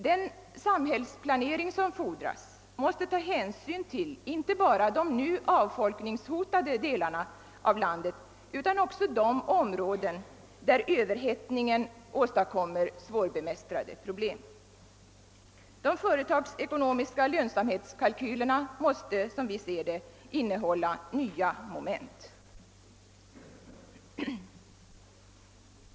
Den samhällsplanering som fordras måste ta hänsyn till inte bara de nu avfolkningshotade delarna av landet utan också de områden, där överhettningen åstadkommer svårbemästrade problem. De företagsekonomiska lönsamhetskalkylerna måste som vi ser det innehålla nya moment.